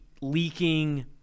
leaking